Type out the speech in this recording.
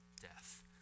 death